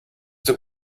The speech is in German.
der